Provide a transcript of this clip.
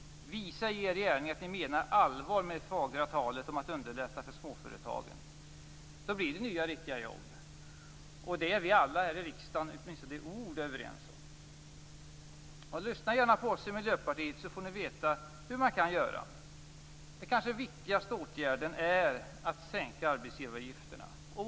Visa i er gärning att ni menar allvar med det fagra talet om att underlätta för småföretagen. Det är vi alla här i riksdagen åtminstone i ord överens om. Lyssna gärna på oss i Miljöpartiet, så får ni veta hur man kan göra. Den kanske viktigaste åtgärden är att sänka arbetsgivaravgifterna.